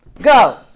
Go